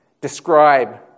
describe